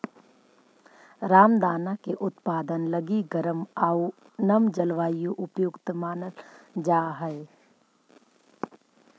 रामदाना के उत्पादन लगी गर्म आउ नम जलवायु उपयुक्त मानल जा हइ